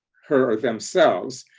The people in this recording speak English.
her, or themselves.